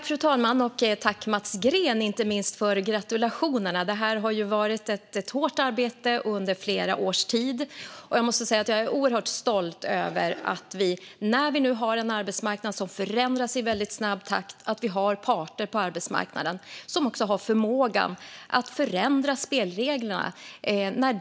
Fru talman! Tack, Mats Green - inte minst för gratulationerna! Det har varit ett hårt arbete under flera års tid, och jag måste säga att jag är oerhört stolt över att vi har parter på arbetsmarknaden som också har förmågan att förändra spelreglerna när det är nödvändigt, nu när vi har en arbetsmarknad som förändras i väldigt snabb takt.